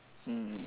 mm mm